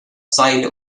seile